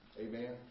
Amen